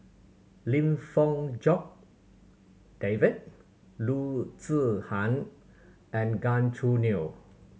Lim Fong Jock David Loo Zihan and Gan Choo Neo